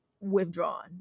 withdrawn